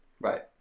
Right